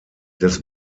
des